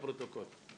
אין הצעה לתיקון החקיקה (39)